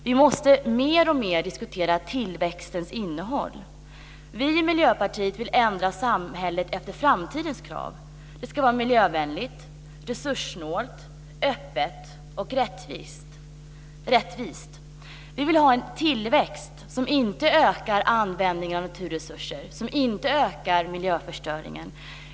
Vi måste alltmer diskutera tillväxtens innehåll. Vi i Miljöpartiet vill ändra samhället efter framtidens krav. Det ska vara miljövänligt, resurssnålt, öppet och rättvist. Vi vill ha en tillväxt som inte ökar användningen av naturresurser och inte ökar miljöförstöringen.